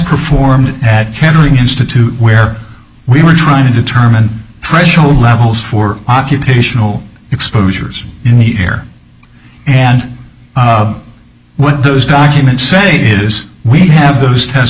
performed at kettering institute where we were trying to determine threshold levels for occupational exposure in the air and what those documents say is we have those test